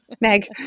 Meg